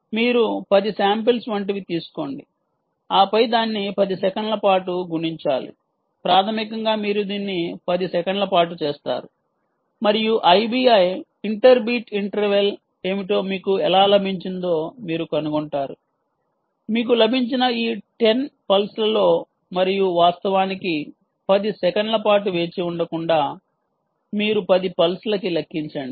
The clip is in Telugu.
మీరు 10 శాంపిల్స్ వంటివి తీసుకోండి ఆపై దాన్ని 10 సెకన్ల పాటు గుణించాలి ప్రాథమికంగా మీరు దీన్ని 10 సెకన్ల పాటు చేస్తారు మరియు ఐబిఐ ఇంటర్ బీట్ ఇంటర్వెల్ ఏమిటో మీకు ఎలా లభించిందో మీరు కనుగొంటారు మీకు లభించిన ఈ 10 పల్స్ లలో మరియు వాస్తవానికి 10 సెకన్ల పాటు వేచి ఉండకుండా మీరు 10 పల్స్ లకి లెక్కించండి